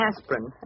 aspirin